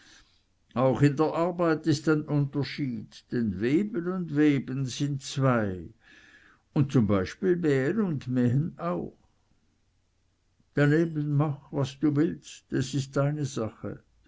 auch in der arbeit ist ein unterschied denn weben und weben sind zwei und zum beispiel mähen und mähen auch daneben mach was du willst es ist deine sache